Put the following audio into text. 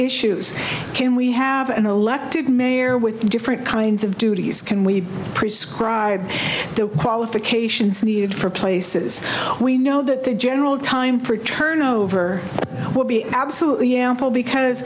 issues can we have an elected mayor with different kinds of duties can prescribed the qualifications needed for places we know that the general time for turnover would be absolutely ample because